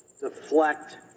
deflect